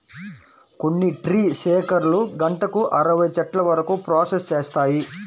కొన్ని ట్రీ షేకర్లు గంటకు అరవై చెట్ల వరకు ప్రాసెస్ చేస్తాయి